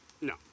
No